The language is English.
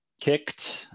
kicked